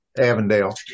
Avondale